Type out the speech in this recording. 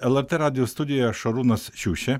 lrt radijo studijoje šarūnas šiušė